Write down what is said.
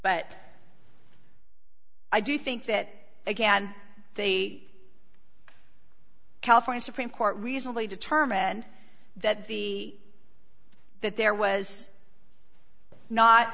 but i do think that again the california supreme court reasonably determined that the that there was not